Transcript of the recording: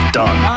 done